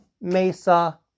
MESA